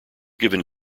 given